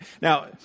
Now